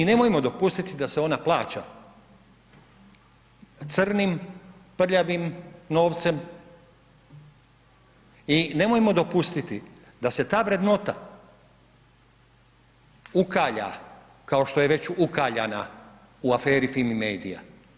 I nemojmo dopustiti da se ona plaća crnim, prljavim novcem i nemojmo dopustiti da se ta vrednota ukalja kao što je već ukaljana u aferi Fimi medija.